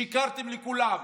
שיקרתם לכולם.